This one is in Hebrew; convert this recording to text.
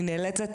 אני נאלצת